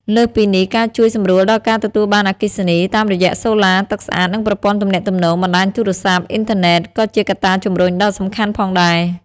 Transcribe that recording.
លើសពីនេះ ការជួយសម្រួលដល់ការទទួលបានអគ្គិសនី តាមរយៈសូឡា ទឹកស្អាត និងប្រព័ន្ធទំនាក់ទំនង បណ្តាញទូរស័ព្ទ អ៊ីនធឺណិត ក៏ជាកត្តាជំរុញដ៏សំខាន់ផងដែរ។